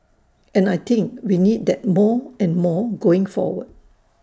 and I think we need that more and more going forward